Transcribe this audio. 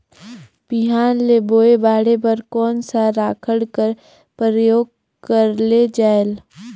बिहान ल बोये बाढे बर कोन सा राखड कर प्रयोग करले जायेल?